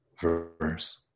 verse